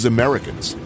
Americans